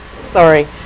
Sorry